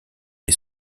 est